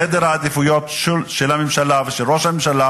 סדר העדיפויות של הממשלה ושל ראש הממשלה